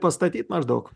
pastatyt maždaug